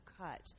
cut